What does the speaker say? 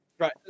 Right